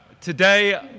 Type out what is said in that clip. today